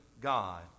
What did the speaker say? God